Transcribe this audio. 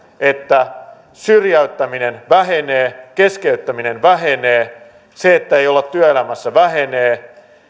että syrjäyttäminen vähenee keskeyttäminen vähenee se että ei olla työelämässä vähenee